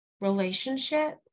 relationship